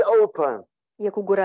open